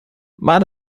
but